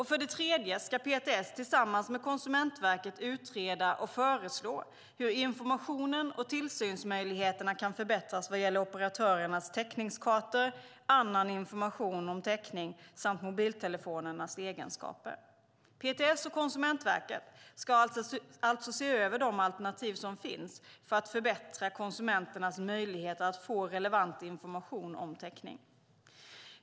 För det tredje ska PTS tillsammans med Konsumentverket utreda och föreslå hur informationen och tillsynsmöjligheterna kan förbättras vad gäller operatörernas täckningskartor, annan information om täckning samt mobiltelefonernas egenskaper. PTS och Konsumentverket ska alltså se över de alternativ som finns för att förbättra konsumenternas möjligheter att få relevant information om täckning.